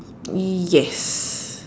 yes